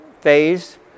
phase